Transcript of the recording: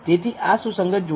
તેથી આ સુસંગત જોડી છે